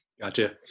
Gotcha